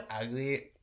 ugly